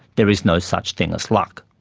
there is no such thing as luck.